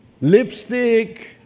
Lipstick